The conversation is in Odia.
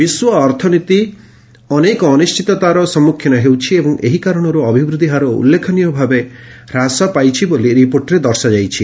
ବିଶ୍ୱ ଅର୍ଥନୀତି ଅନେକ ଅନିଶ୍ଚିତତାର ସମ୍ମୁଖୀନ ହେଉଛି ଏବଂ ଏହି କାରଣରୁ ଅଭିବୃଦ୍ଧି ହାର ଉଲ୍ଲେଖନୀୟ ଭାବେ ହ୍ରାସ ପାଇଛି ବୋଲି ରିପୋର୍ଟରେ ଦର୍ଶାଯାଇଛି